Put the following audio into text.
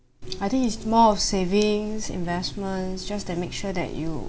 I think it's more of savings investments just that make sure that you